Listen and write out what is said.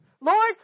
Lord